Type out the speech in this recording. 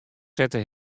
sette